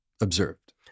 observed